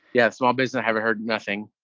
yeah, small business, having heard nothing.